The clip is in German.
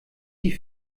die